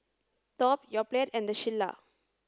Top Yoplait and the Shilla